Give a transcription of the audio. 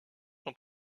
son